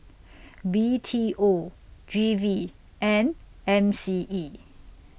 B T O G V and M C E